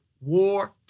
War